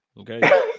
okay